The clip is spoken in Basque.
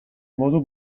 modu